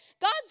God's